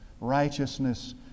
Righteousness